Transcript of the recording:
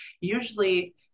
usually